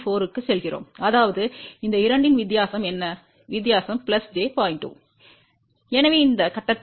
4 க்குச் சென்றோம் அதாவது இந்த இரண்டின் வித்தியாசம் என்ன வித்தியாசம் j 0